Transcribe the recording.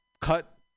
cut